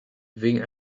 wegen